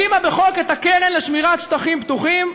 הקימה בחוק את הקרן לשמירה על שטחים פתוחים,